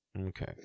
Okay